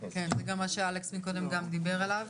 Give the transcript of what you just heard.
זה גם מה שאלכס מקודם גם דיבר עליו.